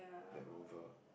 that Rover